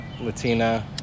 Latina